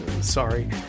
Sorry